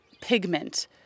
pigment